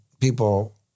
people